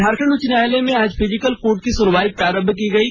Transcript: झारखंड उच्च न्यायालय में आज फिजिकल कोर्ट की सुनवाई प्रारंभ की गई है